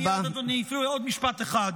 מייד, אדוני, עוד משפט אחד.